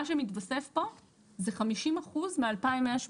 מה שמתווסף פה זה 50% מ-2,180.